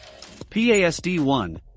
PASD1